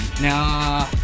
nah